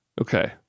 Okay